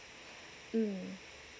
mm